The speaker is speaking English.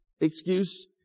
excuse